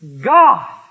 God